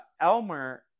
Elmer